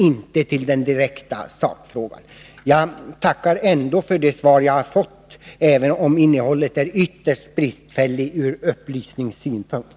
139 Jag tackar ändå för det svar jag fått, även om innehållet är ytterst bristfälligt ur upplysningssynpunkt.